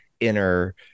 inner